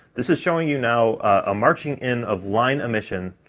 this is showing you now a marching in of line emission